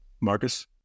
Marcus